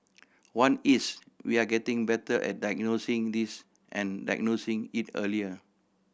one is we are getting better at diagnosing this and diagnosing it earlier